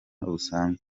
busanzwe